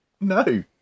No